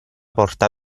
porta